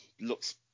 looks